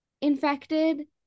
infected